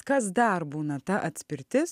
kas dar būna ta atspirtis